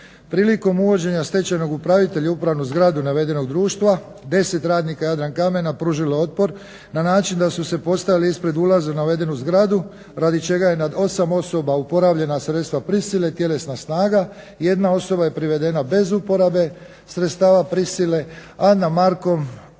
Prilikom uvođenja stečajnog upravitelja u upravnu zgradu navedenog društva 10 radnika Jadrankamena je pružilo otpor na način da su se postavili ispred ulaza u navedenu zgradu radi čega je nad osam osoba uporabljena sredstva prisile, tjelesna snaga. Jedna osoba je privedena bez uporabe sredstava prisile a na M.E.S rođen